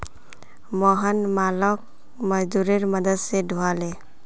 मोहन मालोक मजदूरेर मदद स ढूला ले